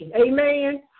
amen